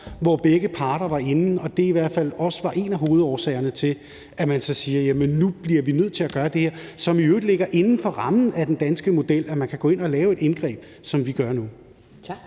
hvor begge parter var inde, og at det i hvert fald også var en af hovedårsagerne til, at man så siger: Jamen nu bliver vi nødt til at gøre det her, hvilket i øvrigt ligger inden for rammen af den danske model; at man kan gå ind og lave et indgreb, som vi gør nu. Kl.